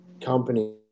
company